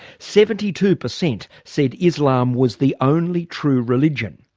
seventy-two per cent said islam was the only true religion.